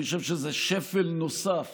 אני חושב שזה שפל נוסף